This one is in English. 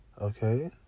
Okay